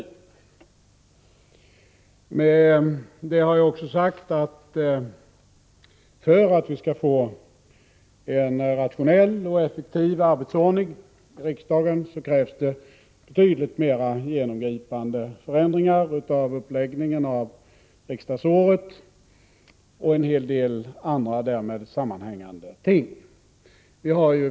I och med detta har jag också sagt att det, för att man skall få en rationell och effektiv arbetsordning i riksdagen, krävs betydligt mer genomgripande förändringar av uppläggningen av riksdagsåret och en hel del andra därmed sammanhängande ting.